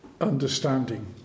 understanding